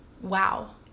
wow